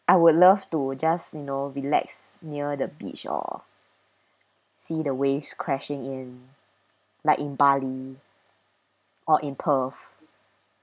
I would love to just you know relax near the beach or see the waves crashing in like in bali or in perth